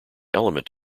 element